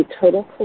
total